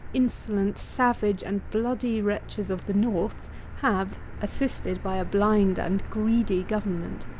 insolent, savage and bloody wretches of the north have, assisted by a blind and greedy government,